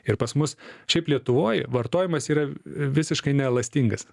ir pas mus šiaip lietuvoj vartojimas yra visiškai neelastingas